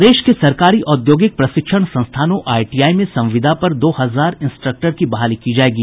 प्रदेश के सरकारी औद्योगिक प्रशिक्षण संस्थानों आईटीआई में संविदा पर दो हजार इंस्ट्रक्टर की बहाली की जायेगी